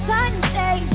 Sunday